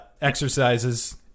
exercises